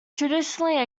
traditionally